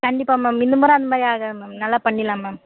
கண்டிப்பாக மேம் இந்த முறை அந்த மாதிரி ஆகாது மேம் நல்லா பண்ணிடலாம் மேம்